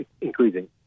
increasing